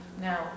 Now